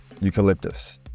Eucalyptus